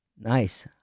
Nice